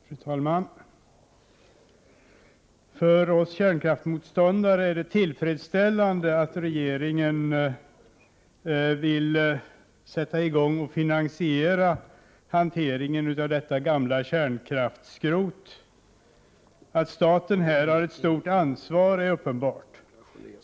Fru talman! För oss kärnkraftsmotståndare är det tillfredsställande att regeringen vill sätta i gång att finansiera hanteringen av detta gamla kärnkraftsskrot. Att staten har ett stort ansvar är uppenbart.